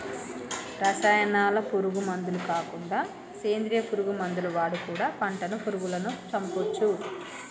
రసాయనాల పురుగు మందులు కాకుండా సేంద్రియ పురుగు మందులు వాడి కూడా పంటను పురుగులను చంపొచ్చు